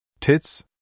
Tits